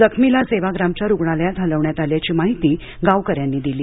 जखमीला सेवाग्रामच्या रुग्णालयात हलविण्यात आल्याची माहिती गावकऱ्यांनी दिली